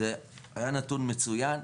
זה היה נתון מצוין,